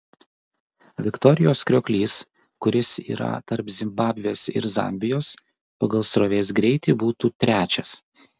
viktorijos krioklys kuris yra tarp zimbabvės ir zambijos pagal srovės greitį būtų trečias